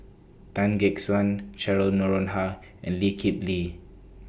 Tan Gek Suan Cheryl Noronha and Lee Kip Lee